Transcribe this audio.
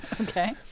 Okay